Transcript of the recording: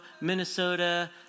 Minnesota